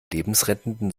lebensrettenden